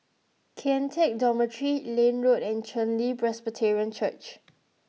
Kian Teck Dormitory Liane Road and Chen Li Presbyterian Church